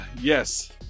yes